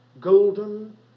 golden